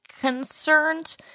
concerned